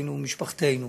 וילדינו ומשפחתנו,